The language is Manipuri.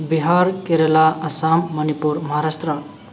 ꯕꯤꯍꯥꯔ ꯀꯦꯔꯂꯥ ꯑꯁꯥꯝ ꯃꯅꯤꯄꯨꯔ ꯃꯍꯥꯔꯥꯁꯇ꯭ꯔꯥ